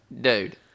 dude